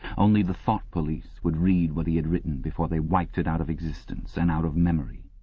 only the thought police would read what he had written, before they wiped it out of existence and out of memory.